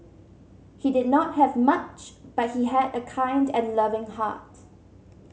he did not have much but he had a kind and loving heart